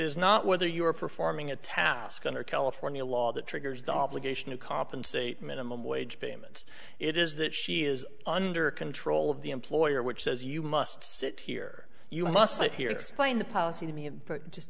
is not whether you are performing a task under california law that triggers the obligation to compensate minimum wage payments it is that she is under control of the employer which says you must sit here you must sit here explain the policy to me but just